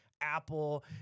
Apple